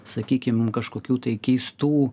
sakykim kažkokių tai keistų